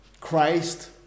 Christ